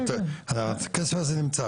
הכסף נמצא.